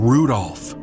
Rudolph